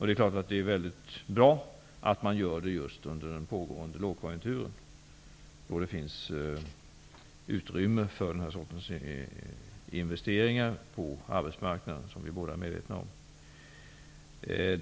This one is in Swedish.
Det är klart att det är väldigt bra att detta görs just under den pågående lågkonjunkturen, då det finns utrymme för den här typen av investeringar på arbetsmarknaden, vilket vi båda är medvetna om.